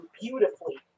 beautifully